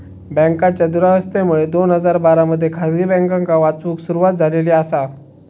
बँकांच्या दुरावस्थेमुळे दोन हजार बारा मध्ये खासगी बँकांका वाचवूक सुरवात झालेली आसा